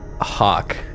hawk